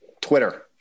Twitter